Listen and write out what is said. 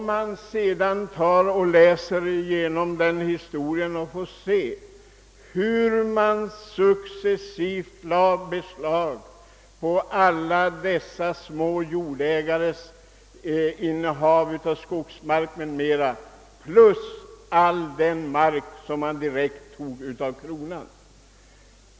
Vid sådan läsning får man veta hur herrarna successivt lade beslag på små jordägares innehav av skogsmark plus mark som togs direkt från kronan..